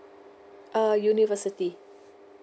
err university